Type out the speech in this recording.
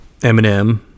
Eminem